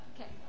Okay